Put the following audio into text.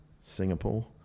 singapore